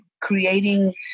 creating